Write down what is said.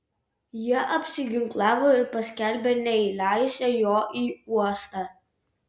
jie apsiginklavo ir paskelbė neįleisią jo į uostą